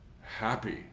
happy